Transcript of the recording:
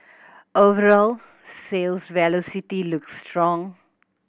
overall sales velocity looks strong